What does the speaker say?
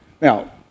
Now